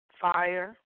fire